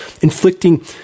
inflicting